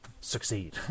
succeed